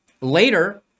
later